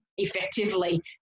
effectively